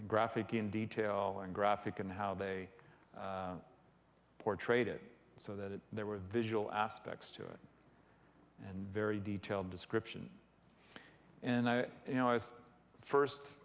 graphic in detail and graphic and how they portrayed it so that there were visual aspects to it and very detailed description and i you know i was the first